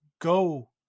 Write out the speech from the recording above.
go